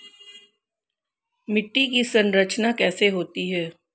मिट्टी की संरचना कैसे होती है?